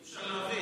אי-אפשר להבין.